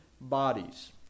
bodies